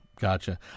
gotcha